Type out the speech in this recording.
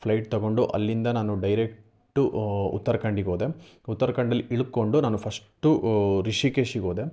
flight ತೊಗೊಂಡು ಅಲ್ಲಿಂದ ನಾನು ಡೈರೆಕ್ಟು ಉತ್ತರಾಖಂಡಿಗ್ ಹೋದೆ ಉತ್ತರಾಖಂಡಲ್ ಇಳ್ಕೊಂಡು ನಾನು ಫಷ್ಟು ರಿಷಿಕೇಶಿಗೆ ಹೋದೆ